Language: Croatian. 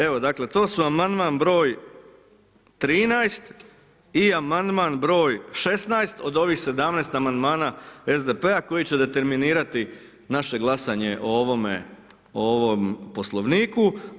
Evo dakle to su amandman br. 13. i amandman br. 16. od ovih 17. amandmana SDP-a koji će determinirati naše glasanje o ovom Poslovniku.